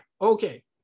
Okay